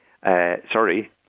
sorry